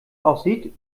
aussieht